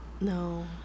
No